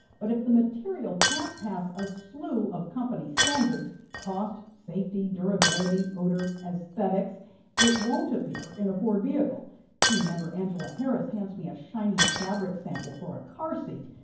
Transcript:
but if the material can't pass a slew of company standards cost, safety, durability, odor, aesthetics it won't appear in a ford vehicle team member angela harris hands me a shiny fabric sample for a car seat.